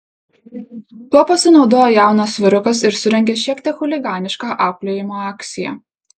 tuo pasinaudojo jaunas vyrukas ir surengė šiek tiek chuliganišką auklėjimo akciją